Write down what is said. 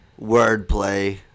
Wordplay